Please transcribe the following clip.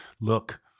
look